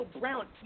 Brown